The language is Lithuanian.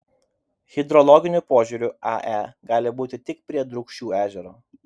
hidrologiniu požiūriu ae gali būti tik prie drūkšių ežero